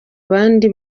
bandi